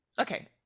okay